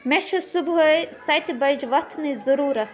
مےٚ چھِ صبحٲے سَتہِ بَجہِ وۄتھنٕچ ضٔروٗرت